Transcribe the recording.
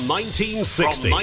1960